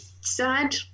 sad